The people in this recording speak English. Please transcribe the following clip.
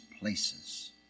places